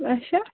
اَچھا